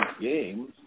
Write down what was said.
games